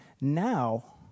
now